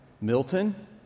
Milton